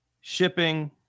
shipping